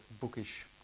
bookish